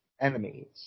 enemies